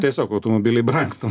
tiesiog automobiliai brangsta